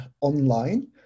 online